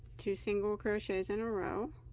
two single crochets in a row